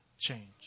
change